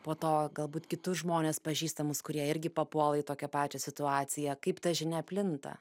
po to galbūt kitus žmones pažįstamus kurie irgi papuola į tokią pačią situaciją kaip ta žinia plinta